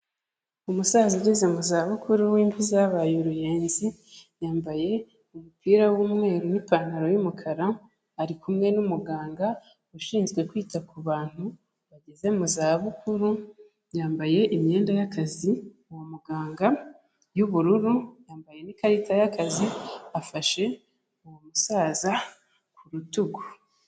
Umusaza ugeze mu za bukuru w'imvi zabaye uruyenzi, yambaye umupira w'umweru n'ipantaro y'umukara, ari kumwe n'umuganga ushinzwe kwita kubantu bageze mu za bukuru, yambaye imyenda y'akazi, uwo muganga y'ubururu, yambaye n'ikarita y'akazi, afashe uwo musaza ku rutugu.